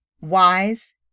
wise